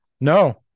no